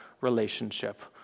relationship